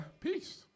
Peace